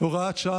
(הוראת שעה,